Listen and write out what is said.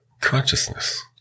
consciousness